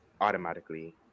Automatically